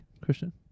Christian